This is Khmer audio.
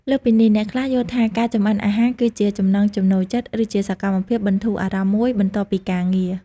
លើសពីនេះ អ្នកខ្លះយល់ថាការចម្អិនអាហារគឺជា ចំណង់ចំណូលចិត្ត ឬជាសកម្មភាពបន្ធូរអារម្មណ៍មួយបន្ទាប់ពីការងារ។